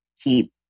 keep